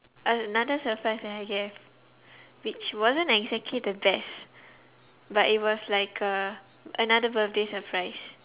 uh another surprise that I gave which wasn't exactly the best but it was like a another birthday surprise